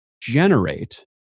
generate